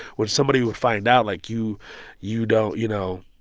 where somebody would find out, like, you you don't you know,